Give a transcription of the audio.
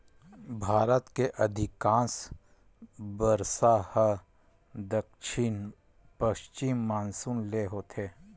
भारत के अधिकांस बरसा ह दक्छिन पस्चिम मानसून ले होथे